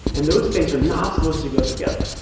and those things are not supposed to go together.